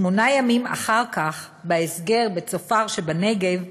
שמונה ימים אחר כך, בהסגר בצופר שבנגב,